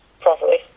properly